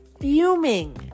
fuming